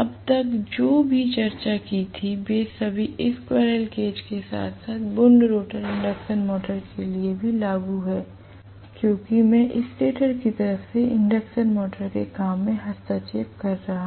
अब तक जो भी चर्चा की थी वे सभी स्क्वीररेल केज के साथ साथ वुन्ड रोटर इंडक्शन मोटर के लिए भी लागू हैं क्योंकि मैं स्टेटर की तरफ से इंडक्शन मोटर के काम में हस्तक्षेप कर रहा हूं